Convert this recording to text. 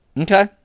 Okay